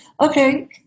okay